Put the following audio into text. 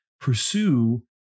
pursue